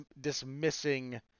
dismissing